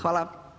Hvala.